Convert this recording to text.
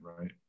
right